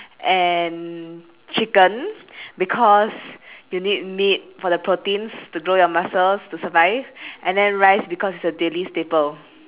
and chicken because you need meat for the proteins to grow your muscles to survive and then rice because is a daily staple